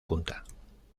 punta